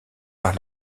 par